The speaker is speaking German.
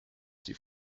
sie